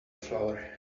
flower